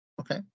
okay